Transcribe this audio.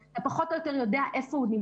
פחות או יותר אתה יודע איפה הוא נמצא.